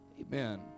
Amen